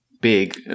big